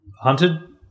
hunted